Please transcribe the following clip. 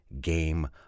game